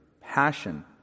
passion